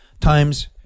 times